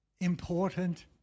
important